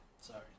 Sorry